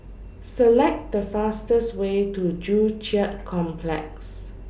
Select The fastest Way to Joo Chiat Complex